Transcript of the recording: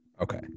Okay